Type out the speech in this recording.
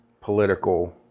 political